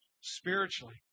spiritually